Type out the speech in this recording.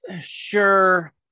sure